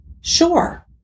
sure